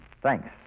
Thanks